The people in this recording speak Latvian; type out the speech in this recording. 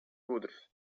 gudrs